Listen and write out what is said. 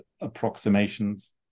approximations